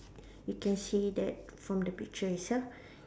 you can see that from the picture itself